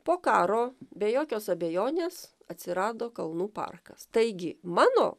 po karo be jokios abejonės atsirado kalnų parkas taigi mano